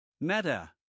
Meta